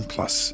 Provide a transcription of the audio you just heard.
Plus